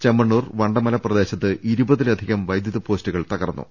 ചെമ്മണ്ണൂർ വണ്ടമല പ്രദേശത്തു ഇരുപതിലധികം വൈദ്യുത പോസ്റ്റുകൾ തകർന്നു